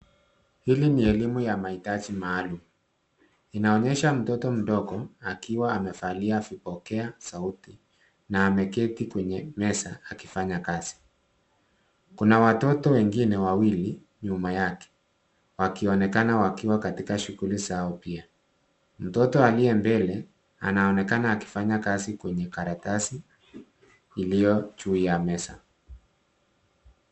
Hili ni elimu ya mahitaji maalum. Inaonyesha mtoto mdogo akiwa amevalia vipokea sauti na ameketi kwenye meza akifanya kazi. Kuna watoto wengine wawili nyuma yake wakionekana wakiwa katika shughuli zao pia. Mtoto aliye mbele anaonekana akifanya kazi kwenye karatasi iliyo juu ya meza.